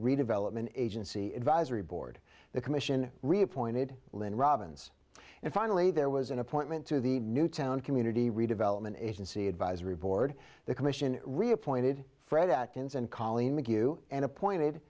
redevelopment agency advisory board the commission reappointed lynn robbins and finally there was an appointment to the new town community redevelopment agency advisory board the commission reappointed fred atkins and colleen mchugh and appointed